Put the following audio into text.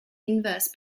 inverse